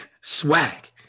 swag